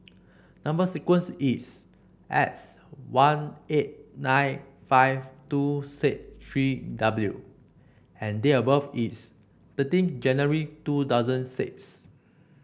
number sequence is S one eight nine five two six three W and date of birth is thirteen January two thousand six